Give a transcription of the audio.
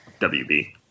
WB